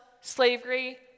slavery